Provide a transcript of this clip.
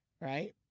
right